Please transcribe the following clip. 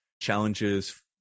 challenges